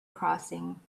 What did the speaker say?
crossing